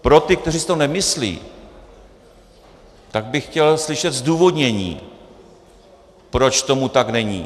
Pro ty, kteří si to nemyslí, tak bych chtěl slyšet zdůvodnění, proč tomu tak není.